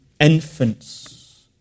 infants